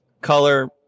Color